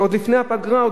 עוד לפני הפגרה,